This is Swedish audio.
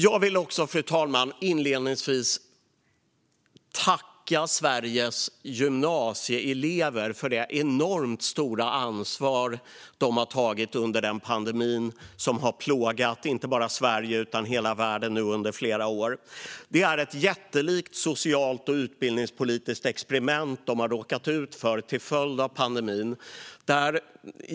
Jag vill också inledningsvis, fru talman, tacka Sveriges gymnasieelever för det enormt stora ansvar de har tagit under den pandemi som nu har plågat inte bara Sverige utan hela världen under flera år. Det är ett jättelikt socialt och utbildningspolitiskt experiment de har råkat ut för till följd av pandemin.